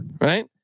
right